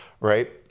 right